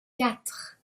quatre